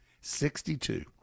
Sixty-two